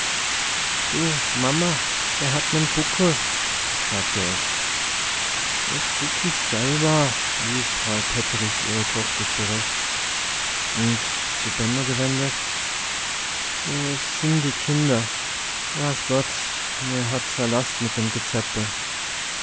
du mama der hat'n buckel sagte es des guck ich selwer wies frau petterich ihre tochter zurecht und zu benno gewendet so sin die kinner waaß gott merr hat sei last mit dem gezeppel